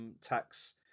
tax